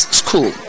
school